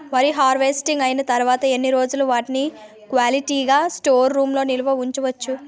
వరి హార్వెస్టింగ్ అయినా తరువత ఎన్ని రోజులు వాటిని క్వాలిటీ గ స్టోర్ రూమ్ లొ నిల్వ ఉంచ వచ్చు?